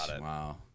Wow